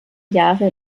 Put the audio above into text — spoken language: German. jahre